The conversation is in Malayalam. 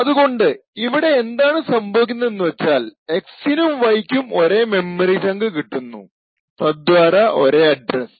അതുകൊണ്ട് ഇവിടെ എന്താണ് സംഭവിക്കുന്നതെന്നുവച്ചാൽ X നും Y ക്കും ഒരേ മെമ്മറി ചങ്ക് കിട്ടുന്നു തദ്വാരാ ഒരേ അഡ്രസ്സ്